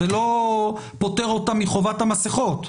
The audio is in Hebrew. זה לא פוטר אותם מחובת המסכות,